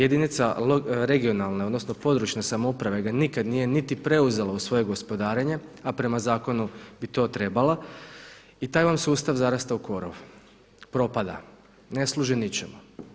Jedinica regionalne odnosno područne samouprave ga nikada nije niti preuzela u svoje gospodarenje a prema zakonu bi to trebala i taj vam sustav zarasta u korov, propada, ne služi ničemu.